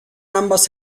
ambas